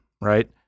right